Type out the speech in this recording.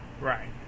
Right